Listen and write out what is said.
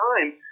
time